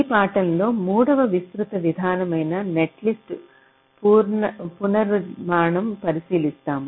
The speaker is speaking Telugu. ఈ పాఠంలో మూడవ విస్తృత విధానమైన నెట్లిస్ట్ పునర్నిర్మాణం పరిశీలిస్తాము